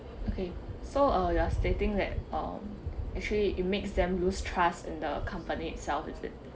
okay so err you are stating that um actually it makes them lose trust in the company itself is it